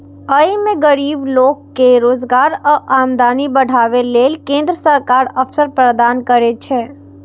अय मे गरीब लोक कें रोजगार आ आमदनी बढ़ाबै लेल केंद्र सरकार अवसर प्रदान करै छै